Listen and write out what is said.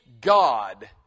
God